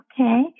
okay